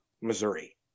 Missouri